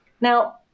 Now